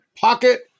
pocket